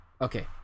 Okay